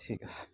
ঠিক আছে